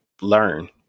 learn